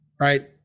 right